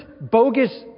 bogus